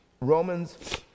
Romans